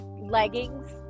leggings